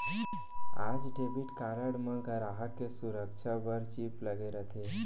आज debit card म गराहक के सुरक्छा बर चिप लगे रथे